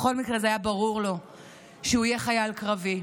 בכל מקרה היה ברור לו שהוא יהיה חייל קרבי.